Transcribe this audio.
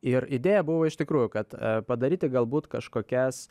ir idėja buvo iš tikrųjų kad padaryti galbūt kažkokias